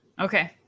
okay